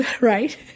right